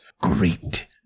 great